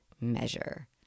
measure